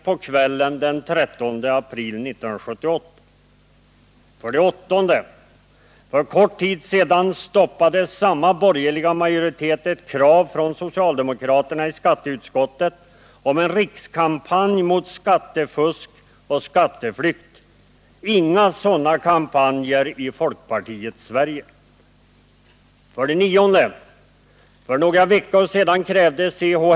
För kort tid sedan stoppade samma borgerliga majoritet ett krav från socialdemokraterna i skatteutskottet på en rikskampanj mot skattefusk och skatteflykt. Inga sådana kampanjer i folkpartiets Sverige! 9. För några veckor sedan krävde C.-H.